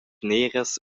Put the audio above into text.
neras